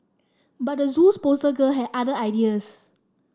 but the Zoo's poster girl had other ideas